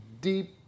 deep